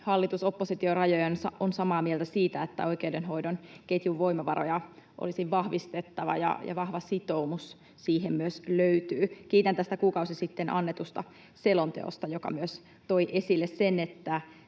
hallitus—oppositio-rajojen on samaa mieltä siitä, että oikeudenhoidon ketjun voimavaroja olisi vahvistettava, ja vahva sitoumus siihen myös löytyy. Kiitän tästä kuukausi sitten annetusta selonteosta, joka myös toi esille sen, että